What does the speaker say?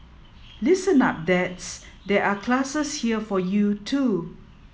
listen up dads there are classes here for you too